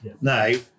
Now